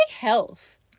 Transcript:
health